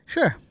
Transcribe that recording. Sure